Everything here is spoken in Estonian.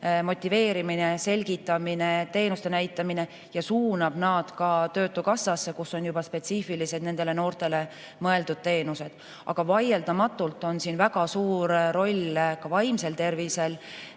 motiveerimine, selgitamine, teenuste näitamine, ja suunab nad ka töötukassasse, kus on juba spetsiifiliselt nendele noortele mõeldud teenused. Aga vaieldamatult on siin väga suur roll ka vaimsel tervisel,